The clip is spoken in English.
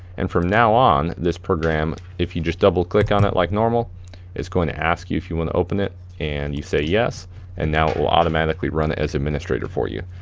and from now on this program if you just double click on it like normal it's going to ask you if you wanna open it and you say yes and now it will automatically run it as administrator for you.